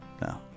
no